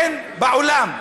אין בעולם,